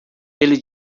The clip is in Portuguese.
ele